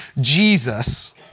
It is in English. Jesus